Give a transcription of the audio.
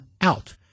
out